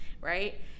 right